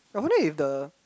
I wonder if the